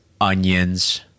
onions